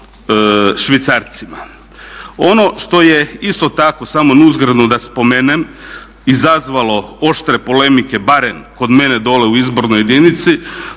švicarcima. Ono što je isto tako, samo nuzgredno da spomenem, izazvalo oštre polemike barem kod mene dole u izbornoj jedinici,